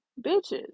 bitches